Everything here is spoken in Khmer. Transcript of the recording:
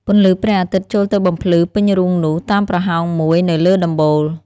ពន្លឺព្រះអាទិត្យចូលទៅបំភ្លឺពេញរូងនោះ តាមប្រហោងមួយនៅលើដំបូល ។